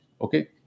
okay